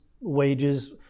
wages